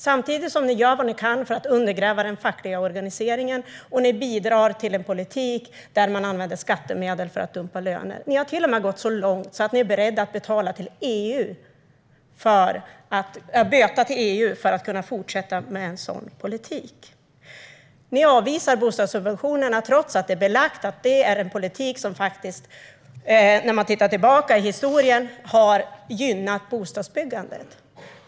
Samtidigt gör ni vad ni kan för att undergräva den fackliga organiseringen, och ni bidrar till en politik där man använder skattemedel för att dumpa löner. Ni har till och med gått så långt att ni är beredda att betala böter till EU för att kunna fortsätta med en sådan politik. Ni avvisar bostadssubventionerna trots att det, om man tittar tillbaka i historien, är belagt att det är en politik som har gynnat bostadsbyggandet.